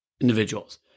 individuals